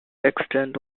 extent